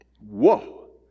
Whoa